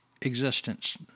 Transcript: existence